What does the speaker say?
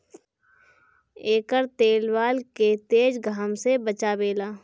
एकर तेल बाल के तेज घाम से बचावेला